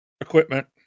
equipment